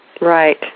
Right